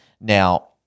Now